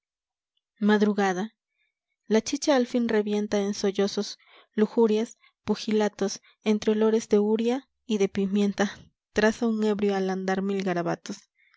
madrugada la chicha al fin revienta en sollozos lujurias pugilatos entre olores de úrea y de pimienta traza un ebrio al andar mil garabatos